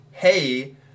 hey